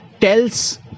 tells